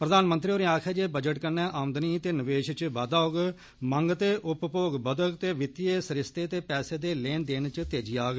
प्रधानमंत्री होरें आक्खेआ जे बजट कन्नै आमदनी ते निवेश च बाद्दा होग मंग ते उपभोग बदोग ते वित्तय सरिस्ते ते पैसे दे लेन देन च तेजी औग